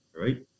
right